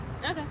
okay